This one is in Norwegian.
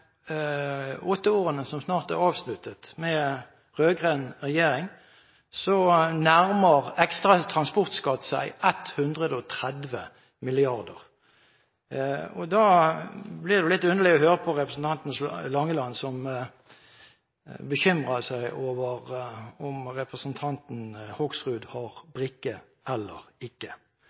årene med rød-grønn regjering som snart er avsluttet, nærmer ekstra transportskatt seg 130 mrd. kr. Da blir det litt underlig å høre på representanten Langeland som bekymrer seg over om representanten Hoksrud har brikke eller ikke.